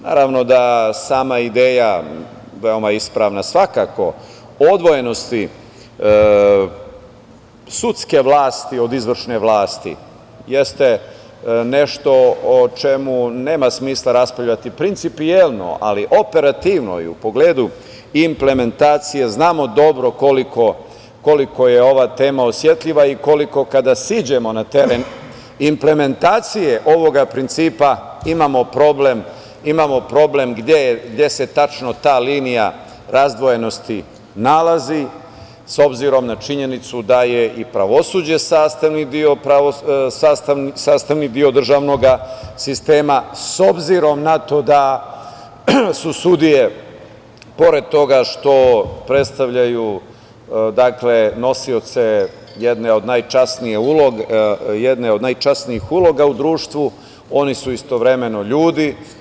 Naravno da sama ideja, veoma ispravna, svakako, odvojenosti sudske vlasti od izvršne vlasti jeste nešto o čemu nema smisla raspravljati principijelno, ali operativno i u pogledu implementacije znamo dobro koliko je ova tema osetljiva i koliko kada siđemo na teren implementacije ovog principa, imamo problem gde se tačno ta linija razdvojenosti nalazi, s obzirom na činjenicu da je i pravosuđe sastavni deo državnog sistema, s obzirom na to da su sudije, pored toga što predstavljaju nosioce jedne od najčasnijih uloga u društvu, oni su istovremeno ljudi.